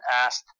asked